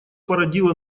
породило